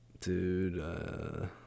dude